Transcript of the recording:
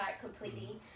completely